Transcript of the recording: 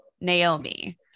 Naomi